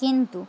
কিন্তু